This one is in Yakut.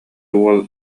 уол